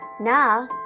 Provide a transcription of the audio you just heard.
Now